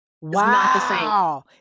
Wow